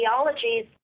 ideologies